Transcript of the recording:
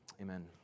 Amen